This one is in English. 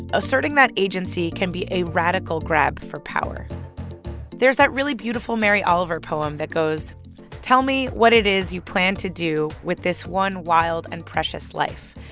asserting that agency can be a radical grab for power there's that really beautiful mary oliver poem that goes tell me what it is you plan to do with this one wild and precious life.